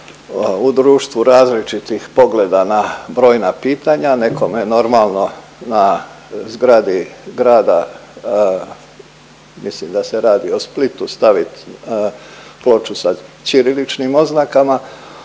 u društvu različitih pogleda na brojna pitanja. Nekome normalno na zgradi grada mislim da se radi o Splitu stavit ploču sa ćiriličnim oznakama